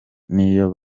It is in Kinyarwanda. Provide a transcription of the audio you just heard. niyo